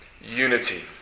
unity